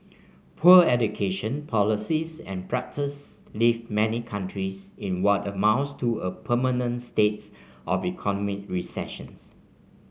poor education policies and practices leave many countries in what amounts to a permanent states of economic recessions